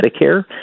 Medicare